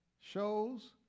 shows